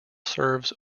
serves